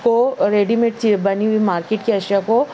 کو ریڈیمیڈ بنی ہوئی مارکیٹ کی اشیاء کو